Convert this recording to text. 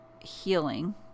Healing